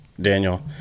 Daniel